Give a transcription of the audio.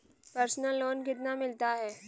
Personal loan कितना मिलता है?